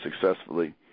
successfully